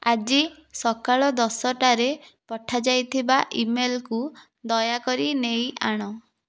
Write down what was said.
ଆଜି ସକାଳ ଦଶଟାରେ ପଠାଯାଇଥିବା ଇମେଲ୍କୁ ଦୟାକରି ନେଇଆଣ